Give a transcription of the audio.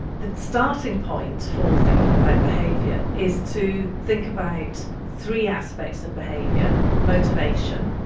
the starting point for thinking about behaviour is to think about three aspects of behaviour motivation,